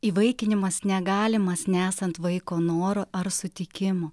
įvaikinimas negalimas nesant vaiko noro ar sutikimo